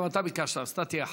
גם אתה ביקשת, אז אתה תהיה אחריו.